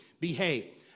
behave